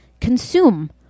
consume